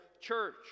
church